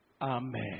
Amen